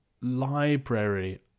library